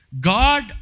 God